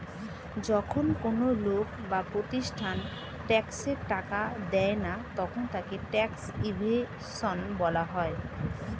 যখন কোন লোক বা প্রতিষ্ঠান ট্যাক্সের টাকা দেয় না তখন তাকে ট্যাক্স ইভেশন বলা হয়